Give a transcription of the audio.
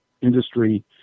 industry